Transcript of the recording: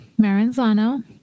Maranzano